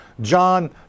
John